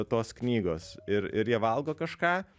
tos knygos ir ir jie valgo kažką